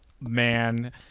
man